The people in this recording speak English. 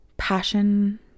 Passion